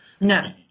No